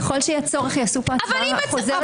ככל שיהיה צורך, יעשו פה הצבעה חוזרת.